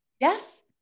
Yes